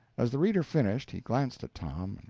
as the reader finished, he glanced at tom,